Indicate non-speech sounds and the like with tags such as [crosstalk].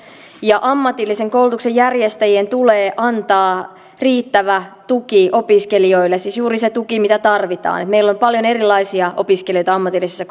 ja ammatillisen koulutuksen järjestäjien tulee antaa riittävä tuki opiskelijoille siis juuri se tuki mitä tarvitaan meillä on paljon erilaisia opiskelijoita ammatillisessa [unintelligible]